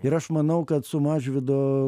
ir aš manau kad su mažvydo